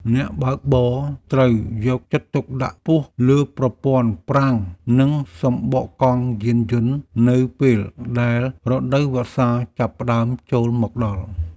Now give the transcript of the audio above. អ្នកបើកបរត្រូវយកចិត្តទុកដាក់ខ្ពស់លើប្រព័ន្ធហ្វ្រាំង និងសំបកកង់យានយន្តនៅពេលដែលរដូវវស្សាចាប់ផ្តើមចូលមកដល់។